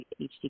HD